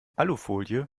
alufolie